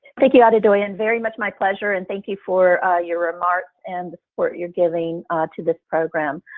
thank you, adedoyin, very much my pleasure and thank you for ah your remarks and for your giving to this program.